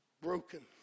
Broken